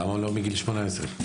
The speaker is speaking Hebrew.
למה לא מגיל 18?